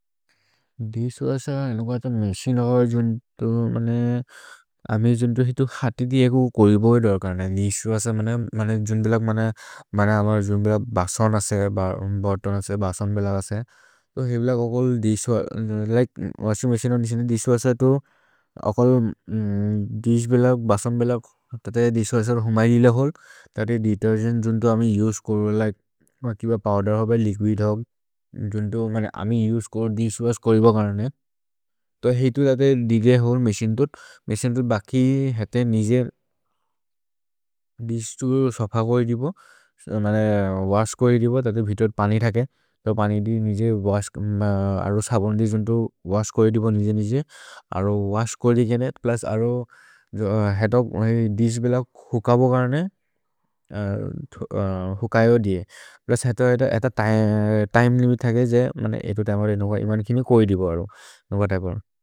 दिश्वस अनुग्वत मेसिन् हव जुन्तो, अमे जुन्तो हितु हति दि एकु कोरिबोहि दर् करने। दिश्वस, मन जुन्द् बिलक्, मन अमर् जुन्द् बिलक् बसन् असे, बतोन् असे, बसन् बिलक् असे। तो हेब्लक् अकल् दिश्वस, लिके वसि मेसिन् हव जिस्ने, दिश्वस तो अकल् दिश्बिलक्, बसन् बिलक्। तत ये दिश्वस होमै लिल हल्क्, तत ये देतेर्गेन्त् जुन्तो अमे उसे कोरु, लिके, पोव्देर् हव, लिकुइद् हव, जुन्तो, मन अमे उसे कोरु, दिश्वस कोरिबोहि करने। तो हितु, तत ये देतेर्गेन्त् हव मेसिन् तुत्, मेसिन् तुत् बखि हते निजेर्, दिश् तो सफ कोइ दिपो। मन वश् कोइ दिपो, तत वितुर् पानि थके, सो पानि दि निजेर् वश्, अरो सबोन् दि जुन्तो वश् कोइ दिपो निजेर् निजेर्। अरो वश् कोइ दिपो निजेर्, प्लुस् अरो हेतो दिश्बिलक् हुकबो करने, हुकयो दिये, प्लुस् हेतो एतो तिमे लिमित् थके जे, मन एतो तिमे लिमित् कोइ दिपो अरो, नो व्हत् हप्पेन्।